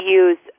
use